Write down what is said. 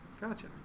gotcha